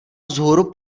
vzhůru